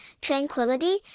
tranquility